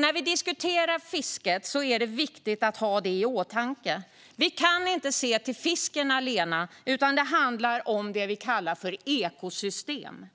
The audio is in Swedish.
När vi diskuterar fisket är det viktigt att ha detta i åtanke. Vi kan inte se till fisken allena, utan det handlar om det vi kallar ekosystem.